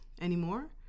anymore